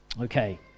Okay